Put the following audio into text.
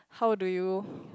how do you